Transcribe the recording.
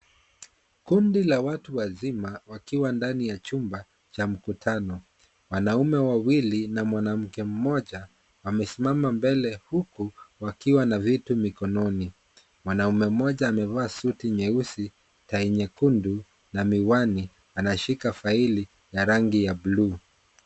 Kundi la watu wazima wakiwa ndani ya chumba cha mkutano, wanaume wawili na mwanamke mmoja amesimama mbele huku wakiwa na vitu mikononi. Mwanaume mmoja amevaa suti nyeusi, tai nyekundu na miwani, anashika faili ya rangi ya buluu.